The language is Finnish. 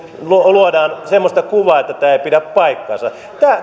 luodaan semmoista kuvaa että tämä ei pidä paikkaansa